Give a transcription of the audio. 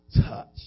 touch